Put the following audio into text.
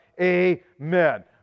Amen